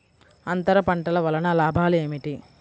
అంతర పంటల వలన లాభాలు ఏమిటి?